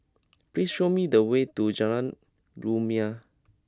please show me the way to Jalan Rumia